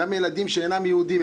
גם ילדים שאינם יהודים,